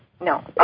No